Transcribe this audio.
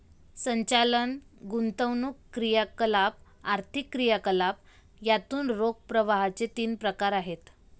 संचालन, गुंतवणूक क्रियाकलाप, आर्थिक क्रियाकलाप यातून रोख प्रवाहाचे तीन प्रकार आहेत